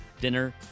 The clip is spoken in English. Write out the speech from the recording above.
dinner